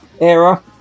era